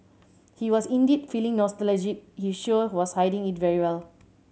he was indeed feeling nostalgic he sure was hiding it very well